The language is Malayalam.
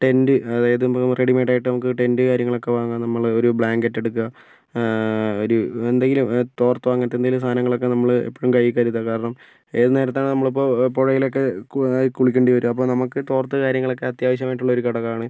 ടെന്റ് അതായത് റെഡിമെയ്ഡ് ആയിട്ട് നമുക്ക് ടെന്റ് കാര്യങ്ങളൊക്കെ വാങ്ങാം നമ്മളൊരു ബ്ലാങ്കറ്റ് എടുക്കുക ഒരു എന്തേലും തോർത്തോ അങ്ങനത്തെ എന്തെങ്കിലും സാധനങ്ങളൊക്കെ നമ്മള് എപ്പഴും കൈയിൽ കരുതുക കാരണം ഏത് നേരത്താണോ നമ്മളിപ്പോൾ പുഴയിൽ ഒക്കെ കുളിക്കേണ്ടി വരിക അപ്പം നമുക്ക് തോർത്ത് കാര്യങ്ങളൊക്കെ അത്യാവശ്യം ആയിട്ടുള്ള ഒരു ഘടകമാണ്